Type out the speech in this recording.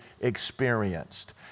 experienced